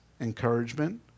encouragement